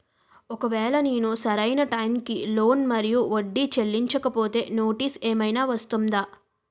ఒకవేళ నేను సరి అయినా టైం కి లోన్ మరియు వడ్డీ చెల్లించకపోతే నోటీసు ఏమైనా వస్తుందా?